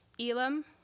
Elam